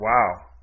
Wow